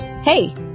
Hey